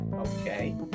Okay